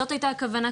זאת הייתה הכוונה,